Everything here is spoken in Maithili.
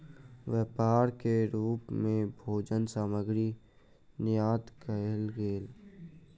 व्यापार के रूप मे भोजन सामग्री निर्यात कयल गेल